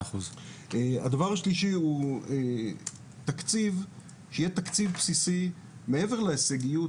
הדבר השלישי הוא שיהיה תקציב בסיסי מעבר להישגיות,